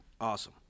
awesome